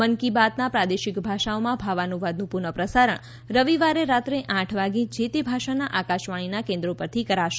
મન કી બાતના પ્રાદેશિક ભાષાઓમાં ભાવાનુવાદનું પુનઃ પ્રસારણ રવિવારે રાત્રે આઠ વાગે જે તે ભાષાના આકાશવાણીના કેન્દ્રો પરથી કરાશે